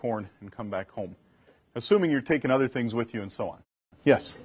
corn and come back home assuming you're taking other things with you and so